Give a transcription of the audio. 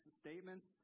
statements